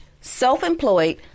self-employed